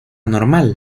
normal